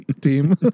team